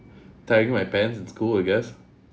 tearing my pants in school I guess